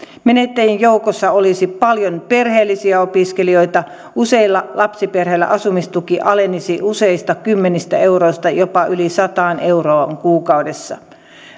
menettäjien joukossa olisi paljon perheellisiä opiskelijoita useilla lapsiperheillä asumistuki alenisi useista kymmenistä euroista jopa yli sataan euroon kuukaudessa